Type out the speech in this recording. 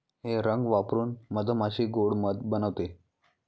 हे रंग वापरून मधमाशी गोड़ मध बनवते